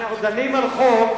אנחנו דנים על חוק,